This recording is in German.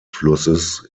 flusses